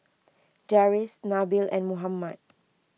Deris Nabil and Muhammad